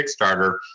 Kickstarter